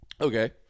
Okay